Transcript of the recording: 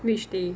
which day